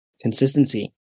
Consistency